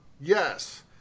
Yes